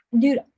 dude